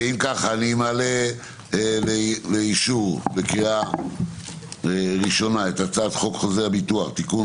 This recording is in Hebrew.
אני מעלה לאישור את הצעת חוק חוזה הביטוח (תיקון,